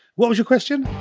what was your question?